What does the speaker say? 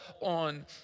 on